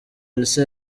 elsa